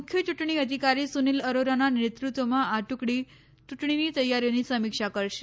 મુખ્ય યુંટણી અધિકારી સુનિલ અરોરાના નેતૃત્વમાં આ ટુકડી ચુંટણીની તૈયારીઓની સમીક્ષા કરશે